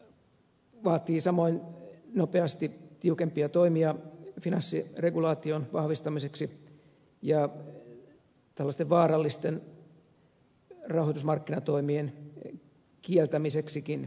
hän vaatii samoin nopeasti tiukempia toimia finanssiregulaation vahvistamiseksi ja tällaisten vaarallisten rahoitusmarkkinatoimien kieltämiseksikin jopa